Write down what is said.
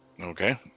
Okay